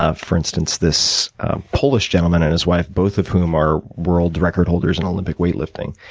ah for instance, this polish gentleman and his wife, both of whom are world record holders in olympic weight lifting.